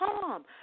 mom